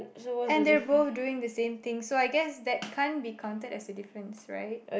and they're both doing the same thing so I guess that can't be counted as a difference right